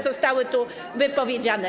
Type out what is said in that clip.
zostały tu wypowiedziane.